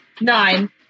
Nine